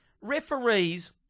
referees